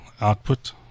output